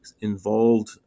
involved